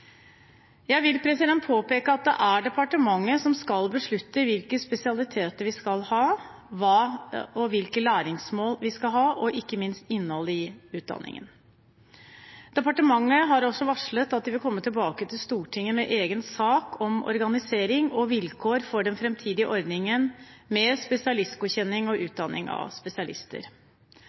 Jeg vil påpeke at det er departementet som skal beslutte hvilke spesialiteter vi skal ha, hvilke læringsmål vi skal ha, og ikke minst innholdet i utdanningen. Departementet har også varslet at de vil komme tilbake til Stortinget med en egen sak om organisering og vilkår for den framtidige ordningen med spesialistgodkjenning og